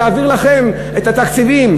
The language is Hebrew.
להעביר לכם את התקציבים,